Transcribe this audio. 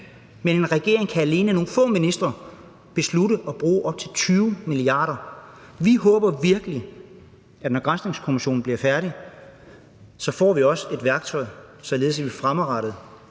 Men en regering, nogle få ministre, kan alene beslutte at bruge op til 20 mia. kr. Vi håber virkelig, at vi, når granskningskommissionen bliver færdig, også får et værktøj, således at vi fremadrettet,